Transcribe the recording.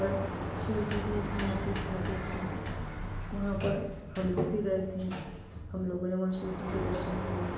पर शिवजी की मूर्ति स्थापित की वहाँ पर हम लोग भी गए थे हम लोगों ने वहाँ शिवजी के दर्शन किए